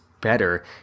better